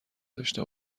داشته